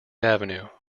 avenue